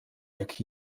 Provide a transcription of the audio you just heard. jak